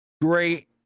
great